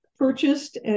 purchased